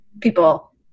people